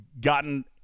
gotten